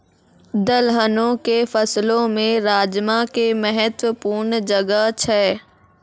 दलहनो के फसलो मे राजमा के महत्वपूर्ण जगह छै